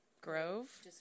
grove